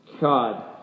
God